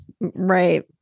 right